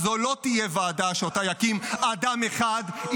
אז זו לא תהיה ועדה שאותה יקים אדם אחד,